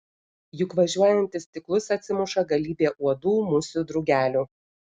juk važiuojant į stiklus atsimuša galybė uodų musių drugelių